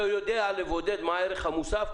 אתה יודע לבודד מה הערך המוסף?